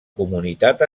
comunitat